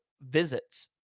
visits